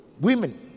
Women